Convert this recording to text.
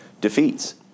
defeats